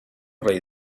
rey